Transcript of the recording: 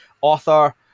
author